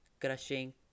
crushing